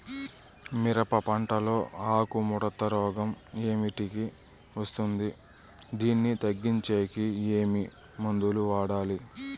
మిరప పంట లో ఆకు ముడత రోగం ఏమిటికి వస్తుంది, దీన్ని తగ్గించేకి ఏమి మందులు వాడాలి?